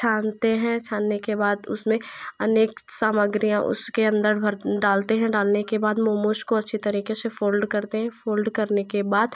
छानते हैं छानने के बाद उसमें अनेक सामग्रियाँ उसके अन्दर भर अन्दर डालते हैं डालने के बाद मोमोस को अच्छी तरीके से फोल्ड करते हैं फोल्ड करने के बाद